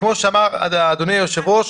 ----- וכמו שאמר אדוני היושב-ראש,